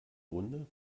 runde